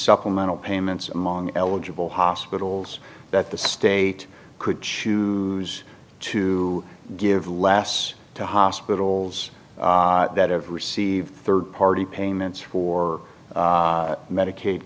supplemental payments among eligible hospitals that the state could choose to give less to hospitals that have received third party payments or medicaid